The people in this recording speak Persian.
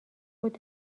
خودت